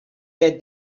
that